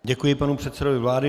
Děkuji panu předsedovi vlády.